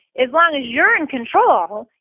as long as you're in control,